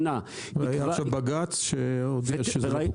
שנה --- והיה שם בג"ץ שהודיע שזה לא חוקי.